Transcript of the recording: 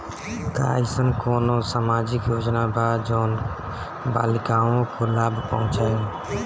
का अइसन कोनो सामाजिक योजना बा जोन बालिकाओं को लाभ पहुँचाए?